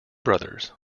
brothers